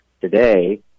today